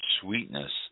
sweetness